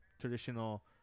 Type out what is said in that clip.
traditional